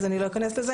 אז אני לא אכנס לזה,